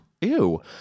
Ew